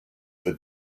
the